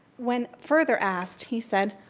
when further asked, he said,